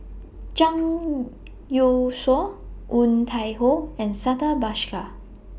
Zhang Youshuo Woon Tai Ho and Santha Bhaskar